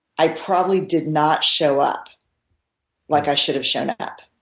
i probably did not show up like i should have shown up.